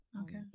okay